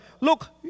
look